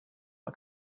not